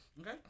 Okay